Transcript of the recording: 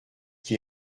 qui